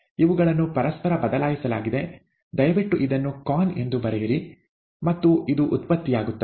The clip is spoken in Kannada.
ಇವುಗಳನ್ನು ಪರಸ್ಪರ ಬದಲಾಯಿಸಲಾಗಿದೆ ದಯವಿಟ್ಟು ಇದನ್ನು con ಎಂದು ಬರೆಯಿರಿ ಮತ್ತು ಇದು ಉತ್ಪತ್ತಿಯಾಗುತ್ತದೆ